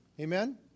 Amen